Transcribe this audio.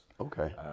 Okay